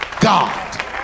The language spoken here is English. God